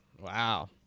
Wow